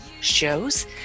shows